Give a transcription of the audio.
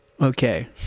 Okay